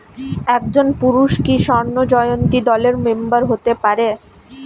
একজন পুরুষ কি স্বর্ণ জয়ন্তী দলের মেম্বার হতে পারে?